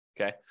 okay